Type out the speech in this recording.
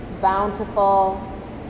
bountiful